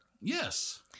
Yes